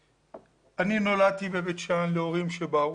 מקום, אני נולדת בבית שאן להורים שבאו,